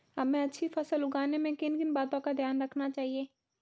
हमें अच्छी फसल उगाने में किन किन बातों का ध्यान रखना चाहिए?